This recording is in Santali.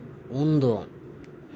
ᱩᱱ ᱫᱚ